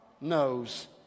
knows